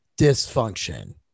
dysfunction